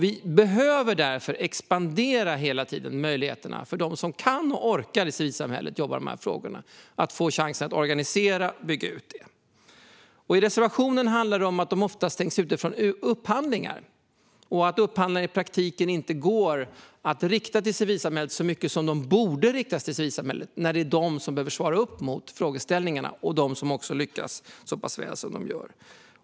Vi behöver därför hela tiden expandera möjligheterna för dem som kan och orkar jobba med de här frågorna i civilsamhället så att de får chansen att organisera och bygga ut det. Som det står i reservationen handlar det ofta om att de stängs ute från upphandlingar och att upphandling i praktiken inte går att rikta till civilsamhället så mycket som man borde. Det är ju civilsamhället som behöver svara upp mot frågeställningarna och som också lyckas så pass väl som de gör.